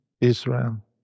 Israel